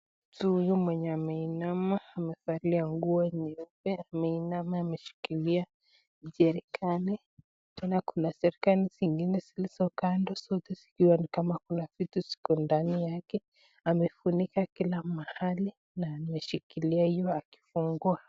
Mtu huyu mwenye ameinama amevalia nguo nyeupe, ameinama ameshikilia jerrican . Tena kuna jerrican zingine zilizokando zote zikiwa ni kama kuna vitu ziko ndani yake. Amefunika kila mahali na ameshikilia hiyo akifungua.